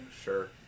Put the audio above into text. Sure